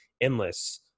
endless